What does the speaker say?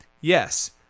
Yes